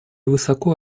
высоко